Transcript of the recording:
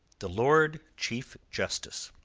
the lord chief justice